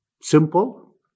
Simple